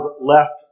left